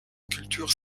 culture